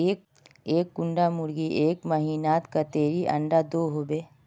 एक कुंडा मुर्गी एक महीनात कतेरी अंडा दो होबे?